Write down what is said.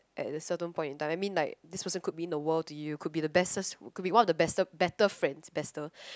at a certain point in time I mean like this person could mean the world to you could be the bestest could be one of the bester better friends better